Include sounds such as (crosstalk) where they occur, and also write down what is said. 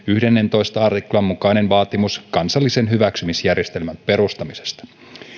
(unintelligible) yhdennentoista artiklan mukainen vaatimus kansallisen hyväksymisjärjestelmän perustamisesta